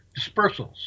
dispersals